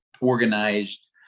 organized